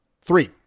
Three